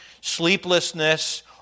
sleeplessness